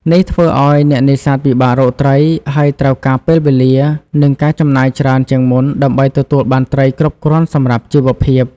នេះធ្វើឱ្យអ្នកនេសាទពិបាករកត្រី ហើយត្រូវការពេលវេលា និងការចំណាយច្រើនជាងមុនដើម្បីទទួលបានត្រីគ្រប់គ្រាន់សម្រាប់ជីវភាព។